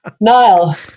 Niall